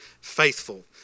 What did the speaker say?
faithful